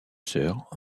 sœurs